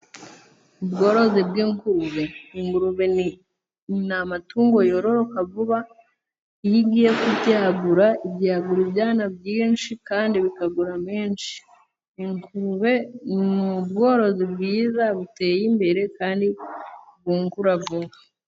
Ubworozi bw'ingurube, ingurube ni amatungo yororoka vuba iyo igiye kubyagura ibyagura ibyana byinshi kandi bikagura menshi ingurube ni bworozi bwiza buteye imbere kandi bwungura vuba.